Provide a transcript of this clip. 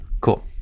Cool